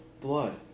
blood